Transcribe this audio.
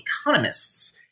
economists